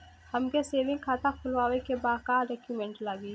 हमके सेविंग खाता खोलवावे के बा का डॉक्यूमेंट लागी?